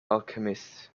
alchemist